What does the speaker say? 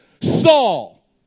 Saul